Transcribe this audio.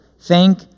thank